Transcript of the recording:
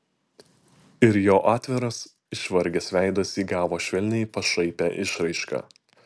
ir jo atviras išvargęs veidas įgavo švelniai pašaipią išraišką